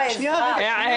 שנייה, רגע.